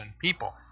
people